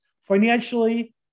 financially